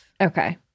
Okay